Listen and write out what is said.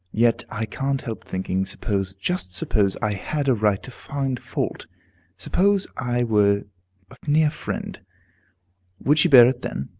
yet i can't help thinking, suppose just suppose i had a right to find fault suppose i were a near friend would she bear it then?